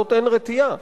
אין מעצור בפני הדת הזאת.